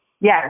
Yes